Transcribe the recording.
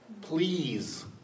Please